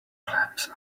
clams